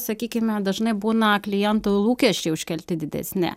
sakykime dažnai būna klientų lūkesčiai užkelti didesni